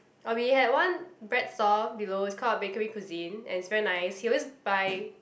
ah we had one bread stall below it's called Bakery Cuisine and it's very nice he always buy